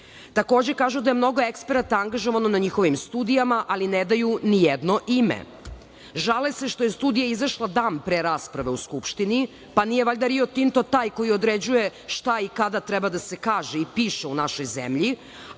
nema. Takođe, kažu da je mnogo eksperata angažovano na njihovim studijama, ali ne daju ni jedno ime. Žale se što je studija izašla dan pre rasprave u Skupštini. Pa, nije valjda Rio Tinto taj koji određuje šta i kada treba da se kaže i piše u našoj zemlji,